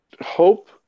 hope